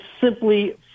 simply